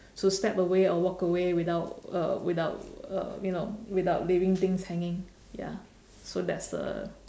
to step away or walk away without uh without uh you know without leaving things hanging ya so that's the